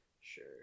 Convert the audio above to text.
Sure